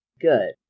good